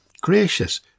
gracious